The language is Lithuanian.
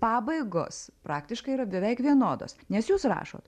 pabaigos praktiškai yra beveik vienodos nes jūs rašot